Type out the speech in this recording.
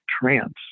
trance